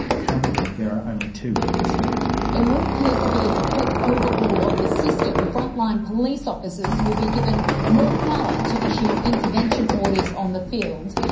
currently there are only two in the state. in what appears to be a complete overhaul of the system, frontline police officers will be given more power to issue intervention orders on the field,